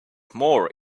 more